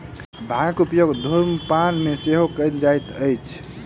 भांगक उपयोग धुम्रपान मे सेहो कयल जाइत अछि